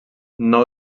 nou